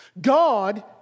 God